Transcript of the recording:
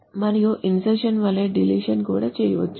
మరియు ఇన్సర్షన్ వలె డిలిషన్ కూడా చేయవచ్చు